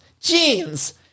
Jeans